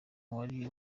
wari